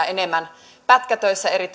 enemmän pätkätöissä